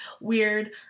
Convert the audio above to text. weird